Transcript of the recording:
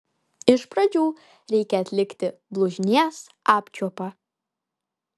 iš pradžių reikia atlikti blužnies apčiuopą